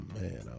man